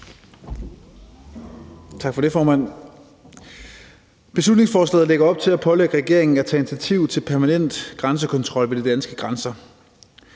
Tak for det, formand. Beslutningsforslaget lægger op til at pålægge regeringen at tage initiativ til permanent grænsekontrol ved de danske grænser.